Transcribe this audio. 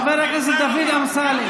חבר הכנסת דוד אמסלם.